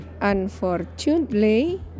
Unfortunately